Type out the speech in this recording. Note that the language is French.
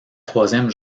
troisième